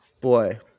boy